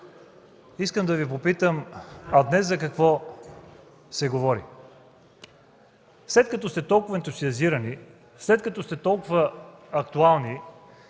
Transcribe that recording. искам да Ви попитам: а днес за какво се говори? След като сте толкова ентусиазирани, след като сте толкова актуални